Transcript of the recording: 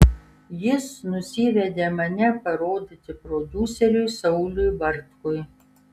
jis nusivedė mane į parodyti prodiuseriui sauliui bartkui